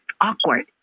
awkward